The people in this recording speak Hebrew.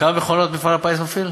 כמה מכונות מפעל הפיס מפעיל?